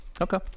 Okay